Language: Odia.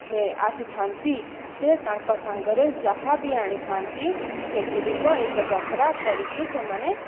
ଫେ ଆସିଥା'ନ୍ତି ସେ ତାଙ୍କ ସାଙ୍ଗରେ ଯାହା ବି ଆଣିଥା'ନ୍ତି ସେଗୁଡ଼ିକ ଏକ ଯାତ୍ରା କରିକି ସେମାନେ